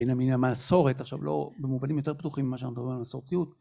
הנה מן המסורת, עכשיו לא במובנים יותר פתוחים ממה שאנחנו מדברים על מסורתיות